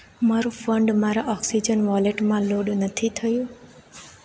મારુ ફંડ મારા ઓક્સિજન વોલેટમાં લોડ નથી થયું